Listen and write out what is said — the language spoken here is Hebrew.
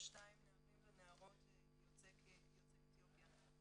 1,342 נערים ונערות יוצאי אתיופיה.